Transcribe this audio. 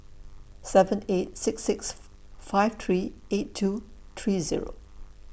seven eight six six five three eight two three Zero